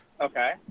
Okay